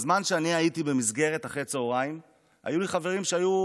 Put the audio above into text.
בזמן שאני הייתי במסגרת אחרי הצוהריים היו לי חברים שהיו,